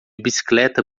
bicicleta